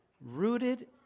rooted